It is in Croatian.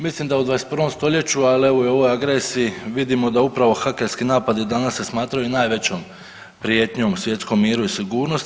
Mislim da u 21. stoljeću ali evo i u ovoj agresiji vidimo da upravo hakerski napadi danas se smatraju najvećom prijetnjom svjetskom miru i sigurnosti.